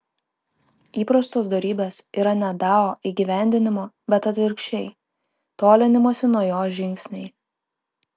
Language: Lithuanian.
įprastos dorybės yra ne dao įgyvendinimo bet atvirkščiai tolinimosi nuo jo žingsniai